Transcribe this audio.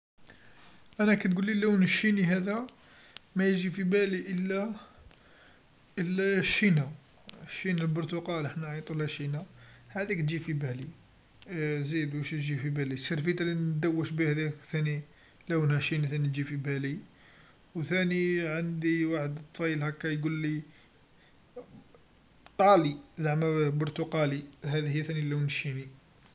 أما كتقولي لون الشيني هذا ما يجي في بالي إلا الشينا، الشينا البرتقاله حنا نعيطولها شينا، هاذيك تجي في بالي أه زيد واش يجي في بالي سربيتا لندوش بيها ثاني لونها شني ثاني تجي في بالي، و ثاني عندي وحد الطفيل هاكا يقولي قالي زعما برتقالي هاذي هي ثاني لون الشيني.